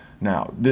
Now